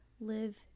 live